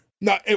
No